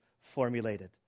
formulated